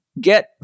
get